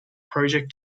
project